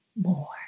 more